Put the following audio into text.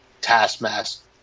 Taskmaster